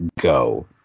Go